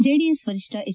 JDS ವರಿಷ್ನ H